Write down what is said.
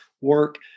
work